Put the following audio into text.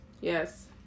Yes